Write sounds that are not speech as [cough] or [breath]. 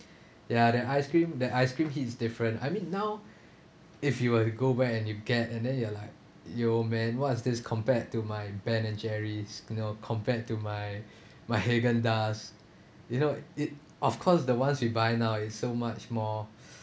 ya that ice cream that ice cream he is different I mean now if you were to go back and you get and then you are like yo man what is this compared to my ben and jerry's you know compared to my [breath] my Häagen-Dazs you know it of course the ones we buy now it's so much more [breath]